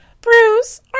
Bruce